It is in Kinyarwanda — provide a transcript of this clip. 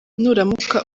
nuramuka